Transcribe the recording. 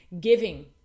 giving